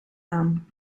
aan